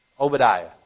Obadiah